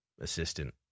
assistant